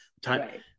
time